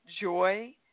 joy